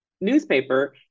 newspaper